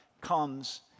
comes